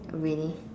really